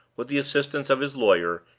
with the assistance of his lawyer,